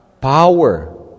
power